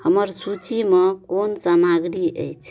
हमर सूचिमे कोन सामग्री अछि